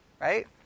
right